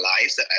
lives